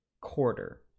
quarter